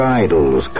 idols